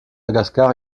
madagascar